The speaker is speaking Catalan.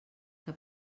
que